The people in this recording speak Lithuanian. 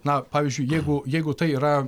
na pavyzdžiui jeigu jeigu tai yra